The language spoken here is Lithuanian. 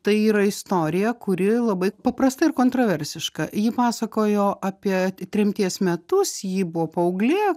tai yra istorija kuri labai paprasta ir kontraversiška ji pasakojo apie tremties metus ji buvo paauglė